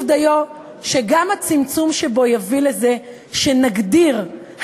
שגם הצמצום בו יביא לזה שנגדיר,